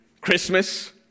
Christmas